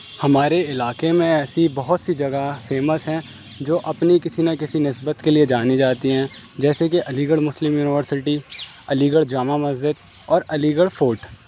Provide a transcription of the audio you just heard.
ہمارے علاقے میں ایسی بہت سی جگہ فیمس ہیں جو اپنی کسی نہ کسی نسبت کے لیے جانی جاتی ہیں جیسے کہ Aligarh Muslim University Aligarh Jama Masjid اور علی گڑھ فورٹ